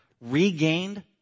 regained